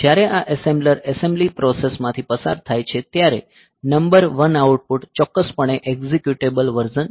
જ્યારે આ assembler assembly process માંથી પસાર થાય છે ત્યારે નંબર વન આઉટપુટ ચોક્કસપણે એક્ઝીક્યુટેબલ વર્ઝન છે